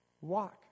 walk